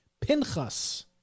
Pinchas